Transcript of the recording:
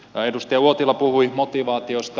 edustaja uotila puhui motivaatiosta